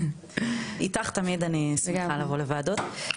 איתך תמיד אני שמחה לבוא לוועדות.